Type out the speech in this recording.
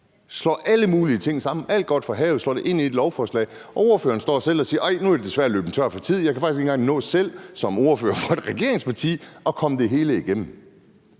slår alle mulige ting sammen; alt godt fra havet kommer ind i ét lovforslag. Ordføreren står selv og siger, at hov, nu er jeg desværre løbet tør for tid. Man kan faktisk ikke engang selv nå som ordfører for et regeringsparti at komme det hele igennem.